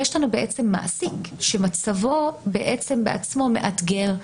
יש לנו מעסיק שמצבו בעצמו מאתגר,